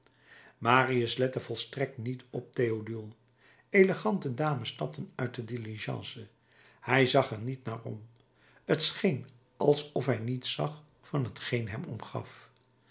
marius lette volstrekt niet op théodule elegante dames stapten uit de diligence hij zag er niet naar om t scheen alsof hij niets zag van t geen hem omgaf